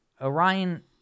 Orion